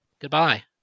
Goodbye